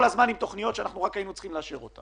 תוכניות שאנחנו רק היינו צריכים לאשר.